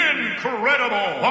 Incredible